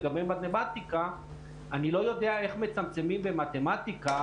לגבי מתמטיקה אני לא יודע איך מצמצמים במתמטיקה,